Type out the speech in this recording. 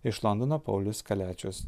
iš londono paulius kaliačius